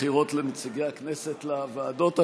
הבחירות לנציגי הכנסת לוועדות השונות.